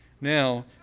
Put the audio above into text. Now